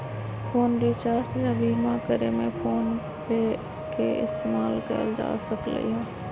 phone recharge या बीमा करे में फोनपे के इस्तेमाल कएल जा सकलई ह